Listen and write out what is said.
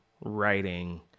writing